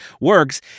works